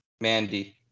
Mandy